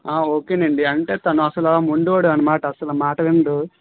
ఆ ఓకే నండి అంటే తను అసలు మొండి వాడు అనమాట అసలు మాట వినడు